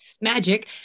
magic